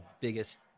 biggest